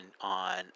on